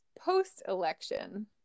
post-election